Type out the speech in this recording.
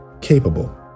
capable